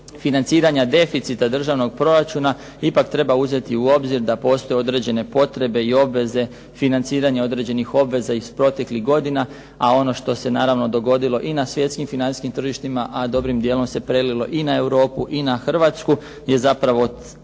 financiranja deficita državnog proračuna ipak treba uzeti u obzir da postoje određene potrebe i obveze financiranja određenih obveza iz proteklih godina, a ono što se naravno dogodilo i na svjetskim financijskim tržištima, a dobrim dijelom se prelilo i na Europu i na Hrvatsku je zapravo rast